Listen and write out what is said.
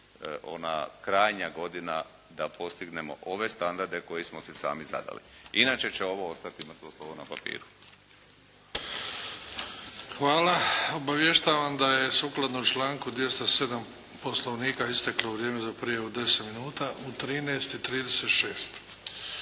ona krajnja godina da postignemo ove standarde koje smo si sami zadali, inače će ovo ostati mrtvo slovo na papiru. **Bebić, Luka (HDZ)** Hvala. Obavještavam da je sukladno članku 207. Poslovnika isteklo vrijeme za prijavu od 10 minuta u 13,36.